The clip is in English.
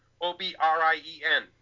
O-B-R-I-E-N